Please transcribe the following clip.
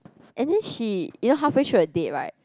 and then she you know halfway through the date right